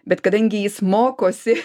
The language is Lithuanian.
bet kadangi jis mokosi